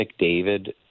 McDavid